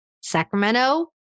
Sacramento